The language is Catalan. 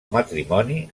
matrimoni